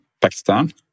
Pakistan